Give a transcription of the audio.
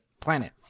planet